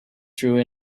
true